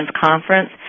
conference